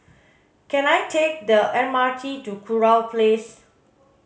can I take the M R T to Kurau Place